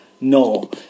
No